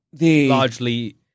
largely